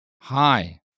Hi